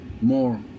more